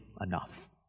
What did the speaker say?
enough